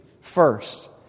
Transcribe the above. First